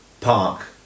park